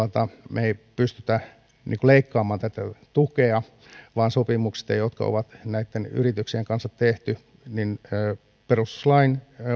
me emme pysty vain leikkaamaan tätä tukea sopimuksista jotka on näitten yrityksien kanssa tehty vaan perustuslain